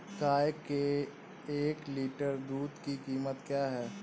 गाय के एक लीटर दूध की कीमत क्या है?